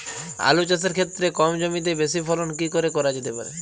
আলু চাষের ক্ষেত্রে কম জমিতে বেশি ফলন কি করে করা যেতে পারে?